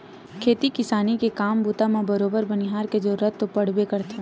खेती किसानी के काम बूता म बरोबर बनिहार के जरुरत तो पड़बे करथे